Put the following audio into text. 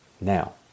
Now